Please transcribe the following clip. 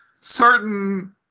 certain